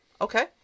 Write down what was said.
Okay